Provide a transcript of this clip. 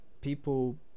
people